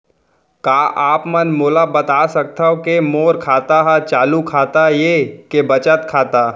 का आप मन मोला बता सकथव के मोर खाता ह चालू खाता ये के बचत खाता?